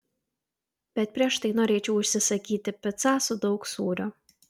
bet prieš tai norėčiau užsisakyti picą su daug sūrio